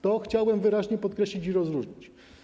To chciałbym wyraźnie podkreślić i rozróżnić.